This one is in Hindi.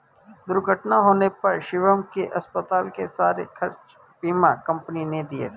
दुर्घटना होने पर शिवम के अस्पताल के सारे खर्चे बीमा कंपनी ने दिए